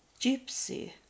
gypsy